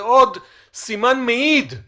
זה עוד סימן מעיד על